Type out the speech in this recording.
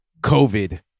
COVID